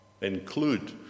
include